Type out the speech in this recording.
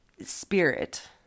spirit